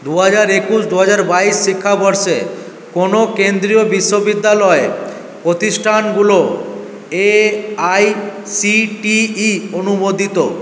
দু হাজার একুশ দু হাজার বাইশ শিক্ষাবর্ষে কোন কেন্দ্রীয় বিশ্ববিদ্যালয় প্রতিষ্ঠানগুলো A I C T E অনুমোদিত